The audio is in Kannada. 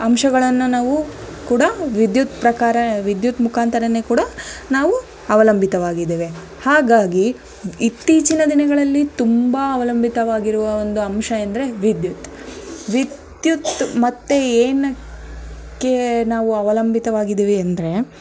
ಅಂಶಗಳನ್ನು ನಾವು ಕೂಡ ವಿದ್ಯುತ್ ಪ್ರಕಾರ ವಿದ್ಯುತ್ ಮುಖಾಂತರನೇ ಕೂಡ ನಾವು ಅವಲಂಬಿತವಾಗಿದ್ದೇವೆ ಹಾಗಾಗಿ ಇತ್ತೀಚಿನ ದಿನಗಳಲ್ಲಿ ತುಂಬ ಅವಲಂಬಿತವಾಗಿರುವ ಒಂದು ಅಂಶ ಎಂದರೆ ವಿದ್ಯುತ್ ವಿದ್ಯುತ್ ಮತ್ತೆ ಏನಕ್ಕೆ ನಾವು ಅವಲಂಬಿತವಾಗಿದ್ದೀವಿ ಅಂದರೆ